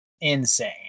insane